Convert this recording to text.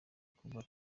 kuba